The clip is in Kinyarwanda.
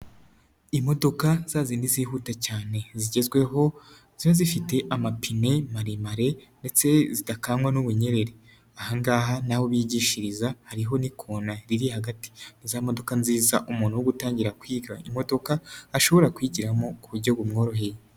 Imodoka zazindi zihuta cyane zigezweho ziba zifite amapine maremare ndetse zidakangwa n'ubunyereri, aha ngaha ni aho bigishiriza hariho n'ikona riri hagati, ni za modoka nziza umuntu wo gutangira kwiga imodoka ashobora kuyigiramo ku buryo bumworoheye.